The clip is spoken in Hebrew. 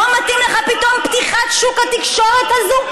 לא מתאימה לך פתאום פתיחת שוק התקשורת הזאת?